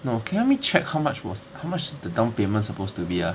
no can you help me check how much was the down payment supposed to be ah